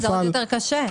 כך זה יותר קשה.